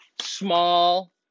Small